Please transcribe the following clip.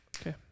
okay